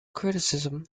criticism